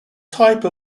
type